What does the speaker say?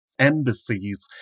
embassies